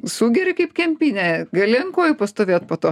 sugeri kaip kempinė gali ant kojų pastovėt po to